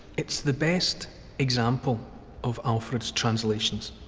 it's the best example of alfred's translations.